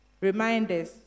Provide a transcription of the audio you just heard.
Reminders